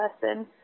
person